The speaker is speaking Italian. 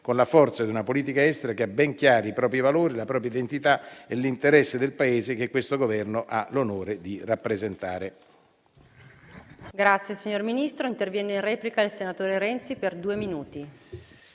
con la forza di una politica estera che ha ben chiari i propri valori, la propria identità e l'interesse del Paese che questo Governo ha l'onore di rappresentare.